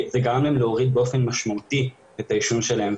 זה גרם להם להוריד באופן משמעותי את העישון שלהם.